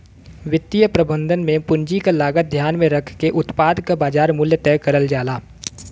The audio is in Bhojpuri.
वित्तीय प्रबंधन में पूंजी क लागत ध्यान में रखके उत्पाद क बाजार मूल्य तय करल जाला